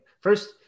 first